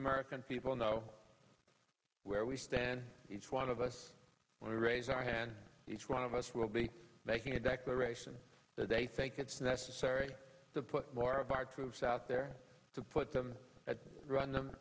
american people know where we stand each one of us when we raise our hand each one of us will be making a declaration that they think it's necessary to put more of our troops out there to put them at run them